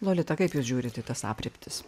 lolita kaip jūs žiūrit į tas aprėptis